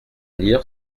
lire